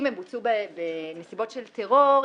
אם הן בוצעו בנסיבות של טרור,